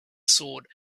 sword